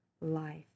life